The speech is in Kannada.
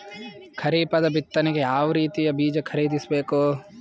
ಖರೀಪದ ಬಿತ್ತನೆಗೆ ಯಾವ್ ರೀತಿಯ ಬೀಜ ಖರೀದಿಸ ಬೇಕು?